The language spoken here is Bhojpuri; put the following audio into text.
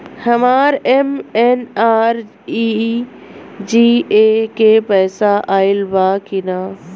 हमार एम.एन.आर.ई.जी.ए के पैसा आइल बा कि ना?